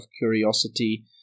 curiosity